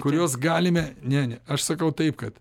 kuriuos galime ne ne aš sakau taip kad